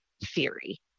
theory